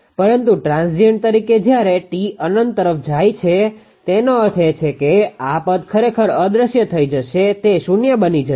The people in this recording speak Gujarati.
પરંતુ ટ્રાન્ઝીએન્ટ તરીકે જ્યારે t અનંત તરફ જાય છે તેનો અર્થ છે કે આ પદ ખરેખર અદૃશ્ય થઈ જશે તે શૂન્ય બની જશે